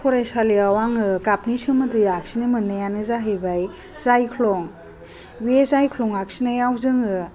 फरायसालियाव आङो गाबनि सोमोन्दै आखिनो मोननायानो जाहैबाय जायख्लं बे जायख्लंया आखिनायाव जोङो